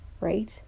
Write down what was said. right